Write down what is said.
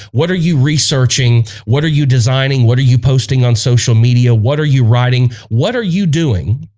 what are you researching? what are you designing? what are you posting on social media? what are you writing? what are you doing?